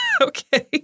Okay